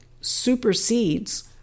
supersedes